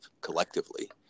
collectively